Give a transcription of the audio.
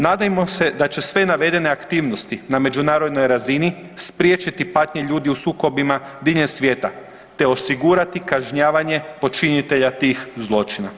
Nadajmo se da će sve navedene aktivnosti na međunarodnoj razini spriječiti patnje ljudi u sukobima diljem svijeta te osigurati kažnjavanje počinitelja tih zločina.